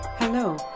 Hello